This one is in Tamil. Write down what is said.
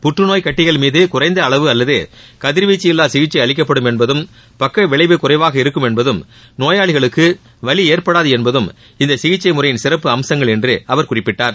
புற்றுநோய் கட்டிகள் மீது குறைந்த அளவு அல்லது கதிர்வீச்சு இல்லா சிகிச்சை அளிக்கப்படும் என்பதும் பக்கவிளைவு குறைவாக இருக்கும் என்பதும் நோயாளிகளுக்கு வலி ஏற்படாது என்பதும் இந்த சிகிச்சை முறையின் சிறப்பு அம்சங்கள் என்று அவர் குறிப்பிட்டார்